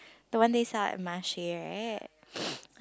the one they sell at Marche right